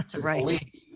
Right